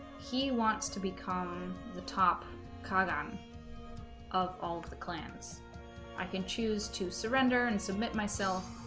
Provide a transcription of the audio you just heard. he wants to become the top cog on of all the clans i can choose to surrender and submit myself